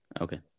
Okay